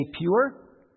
pure